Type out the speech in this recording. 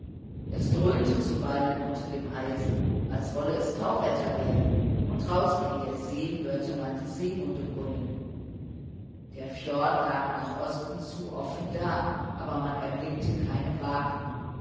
es dröhnte zuweilen unter dem eise als wolle es tauwetter werden und draußen in der see hörte man die seehunde brüllen der fjord lag nach osten zu offen da aber man erblickte keine waken